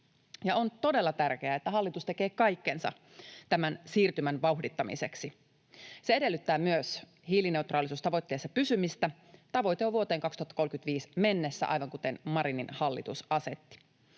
on todella tärkeää, että hallitus tekee kaikkensa tämän siirtymän vauhdittamiseksi. Se edellyttää myös hiilineutraalisuustavoitteessa pysymistä. Tavoite on vuoteen 2035 mennessä, aivan kuten Marinin hallitus asetti.